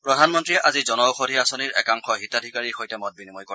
প্ৰধানমন্ত্ৰীয়ে আজি জন ঔষধি আঁচনিৰ একাংশ হিতাধিকাৰীৰ সৈতে মত বিনিময় কৰে